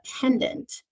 pendant